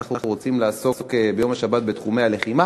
אנחנו רוצים לעסוק ביום השבת בתחומי הלחימה.